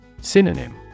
Synonym